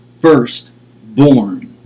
firstborn